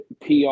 PR